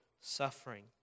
suffering